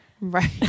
Right